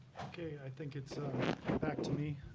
ok, i think it's back to me.